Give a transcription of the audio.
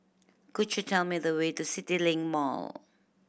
could you tell me the way to CityLink Mall